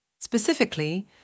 Specifically